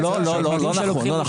לא נכון.